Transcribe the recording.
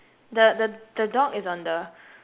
the the the dog is on the